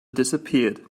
disappeared